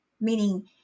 Meaning